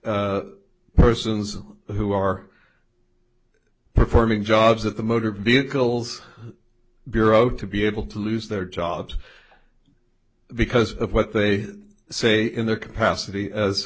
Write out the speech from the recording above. persons who are performing jobs at the motor vehicles bureau to be able to lose their jobs because of what they say in their capacity as